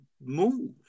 move